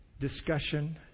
discussion